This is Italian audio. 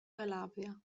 calabria